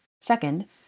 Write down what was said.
Second